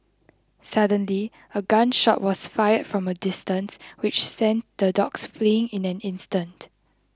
suddenly a gun shot was fired from a distance which sent the dogs fleeing in an instant